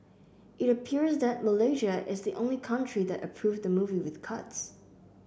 it appears that Malaysia is the only country that approved the movie with cuts